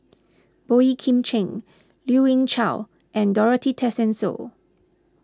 Boey Kim Cheng Lien Ying Chow and Dorothy Tessensohn